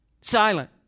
Silent